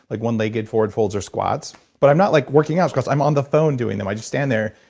like one-legged forward folds or squats but i'm not like working out, because i'm on the phone doing them. i just stand there.